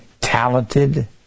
talented